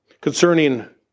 Concerning